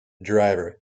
driver